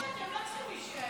תלכו, אתם לא צריכים להישאר.